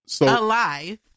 Alive